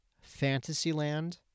Fantasyland